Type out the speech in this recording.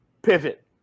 pivot